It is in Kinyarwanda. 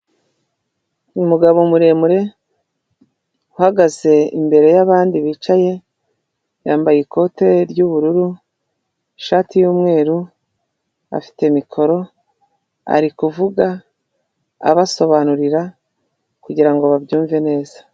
Umugabo muremure uhagaze imbere y'abandi bicaye yambaye ikote ry'ubururu, ishati y'umweru afite mikoro ari kuvuga abasobanurira kugira ngo babyumve neza.